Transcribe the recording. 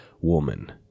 woman